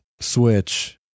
switch